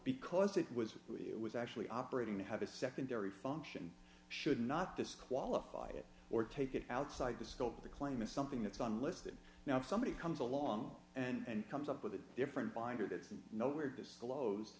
because it was it was actually operating to have a secondary function should not disqualify it or take it outside the scope of the claim is something that's on listed now if somebody comes along and comes up with a different binder that's nowhere disclosed